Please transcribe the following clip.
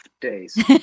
days